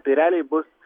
tai reliai bus